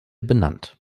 benannt